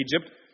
Egypt